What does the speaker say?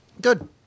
Good